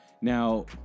Now